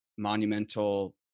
monumental